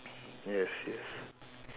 yes yes